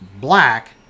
black